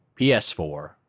PS4